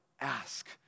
ask